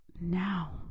now